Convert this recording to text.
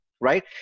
right